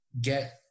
get